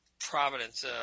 Providence